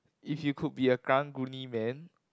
if you could be a Karang-Guni man